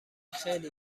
خیلی